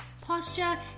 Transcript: posture